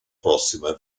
prossima